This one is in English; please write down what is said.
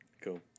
Cool